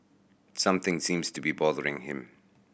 something seems to be bothering him